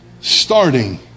Starting